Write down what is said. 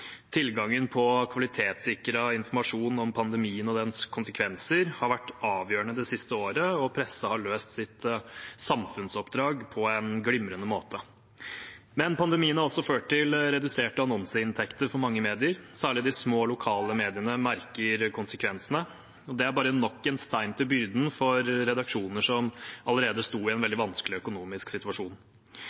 Tilgangen på kvalitetssikret informasjon om pandemien og dens konsekvenser har vært avgjørende det siste året, og pressen har løst sitt samfunnsoppdrag på en glimrende måte. Men pandemien har også ført til reduserte annonseinntekter for mange medier. Særlig de små, lokale mediene merker konsekvensene, og det er bare nok en stein til byrden for redaksjoner som allerede sto i en veldig vanskelig økonomisk situasjon.